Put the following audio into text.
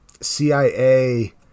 cia